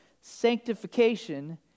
sanctification